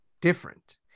different